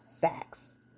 facts